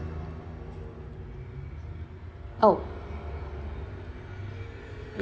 oh ya